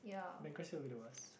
bankruptcy will be the worst